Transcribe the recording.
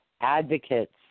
advocates